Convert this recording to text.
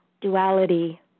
duality